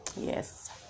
yes